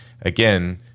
again